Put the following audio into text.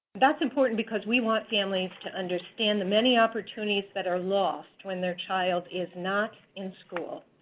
that's important because we want families to understand the many opportunities that are lost when their child is not in school.